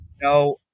no